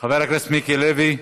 חבר הכנסת מיקי לוי,